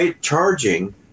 charging